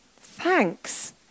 thanks